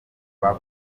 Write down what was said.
twa